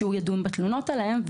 שידון בתלונות עליהם.